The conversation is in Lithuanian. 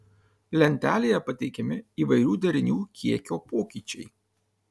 lentelėje pateikiami įvairių derinių kiekio pokyčiai